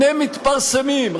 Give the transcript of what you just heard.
הנה מתפרסמים,